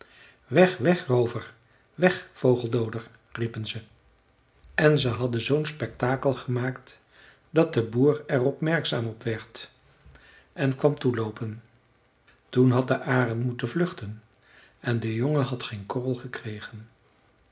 weg weg roover weg vogeldooder riepen ze en ze hadden zoo'n spektakel gemaakt dat de boer er opmerkzaam op werd en kwam toeloopen toen had de arend moeten vluchten en de jongen had geen korrel gekregen